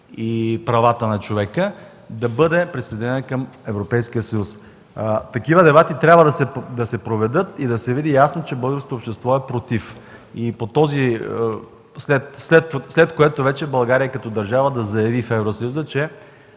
и правата на човека, да бъде присъединена към Европейския съюз. Такива дебати трябва да се проведат и да се види ясно, че българското общество е против, след което вече България, като държава, да заяви в